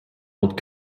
old